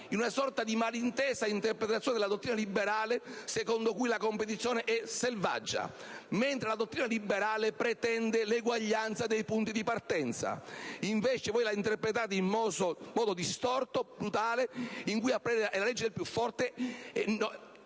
in una sorta di malintesa interpretazione della dottrina liberale secondo cui la competizione è selvaggia. Mentre la dottrina liberale pretende l'eguaglianza dei punti di partenza, voi la interpretate in un modo distorto e brutale in cui prevale la legge del più forte